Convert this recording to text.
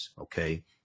okay